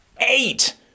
Eight